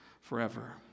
forever